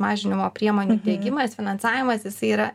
mažinimo priemonių diegimas finansavimas jisai yra